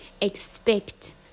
expect